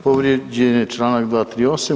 Povrijeđen je članak 238.